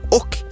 och